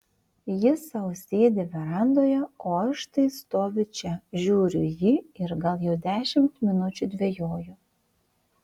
jis sau sėdi verandoje o aš štai stoviu čia žiūriu į jį ir gal jau dešimt minučių dvejoju